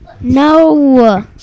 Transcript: No